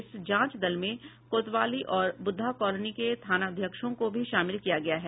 इस जांच दल में कोतवाली और बुद्धाकॉलोनी के थानाध्यक्षों को भी शामिल किया गया है